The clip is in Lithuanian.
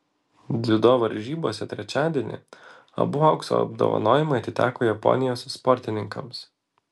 dziudo varžybose trečiadienį abu aukso apdovanojimai atiteko japonijos sportininkams